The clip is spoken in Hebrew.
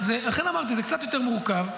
לכן אמרתי שזה קצת יותר מורכב.